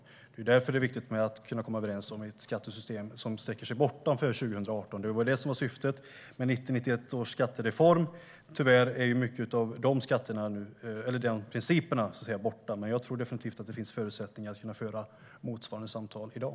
Det är därför det är viktigt att kunna komma överens om ett skattesystem som sträcker sig bortanför 2018. Det var det som var syftet med skattereformen 1990-1991. Tyvärr är mycket av de principerna borta, men jag tror definitivt att det finns förutsättningar att föra motsvarande samtal i dag.